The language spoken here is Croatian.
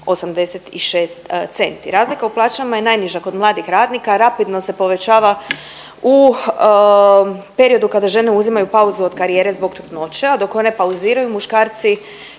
86 centi. Razlika u plaćama je najniža kod mladih radnika, a rapidno se povećava u periodu kada žene uzimaju pauzu od karijere zbog trudnoće, a dok one pauziraju muškarci